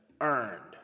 earned